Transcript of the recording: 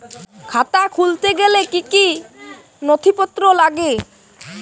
খাতা খুলতে গেলে কি কি নথিপত্র লাগে?